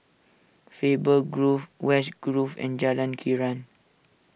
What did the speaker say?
Faber Grove West Grove and Jalan Krian